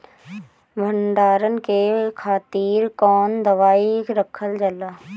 भंडारन के खातीर कौन दवाई रखल जाला?